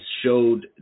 showed